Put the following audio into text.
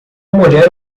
mulher